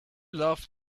love